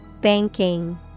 Banking